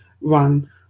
run